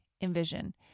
envision